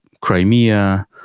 Crimea